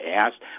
asked